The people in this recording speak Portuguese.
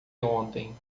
ontem